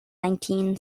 nineteen